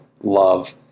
love